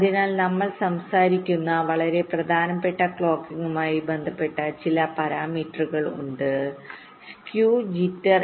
അതിനാൽ നമ്മൾ സംസാരിക്കുന്ന വളരെ പ്രധാനപ്പെട്ട ക്ലോക്കിംഗുമായി ബന്ധപ്പെട്ട ചില പാരാമീറ്ററുകൾ ഉണ്ട് സ്ക്യൂ ജിറ്റർ